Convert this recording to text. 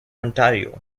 ontario